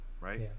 Right